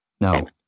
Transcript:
No